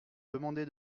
demander